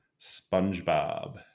SpongeBob